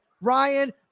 Ryan